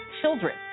children